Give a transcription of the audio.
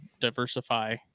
diversify